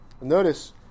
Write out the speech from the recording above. Notice